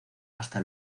hasta